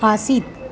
आसीत्